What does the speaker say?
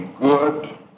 good